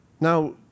Now